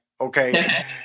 Okay